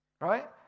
Right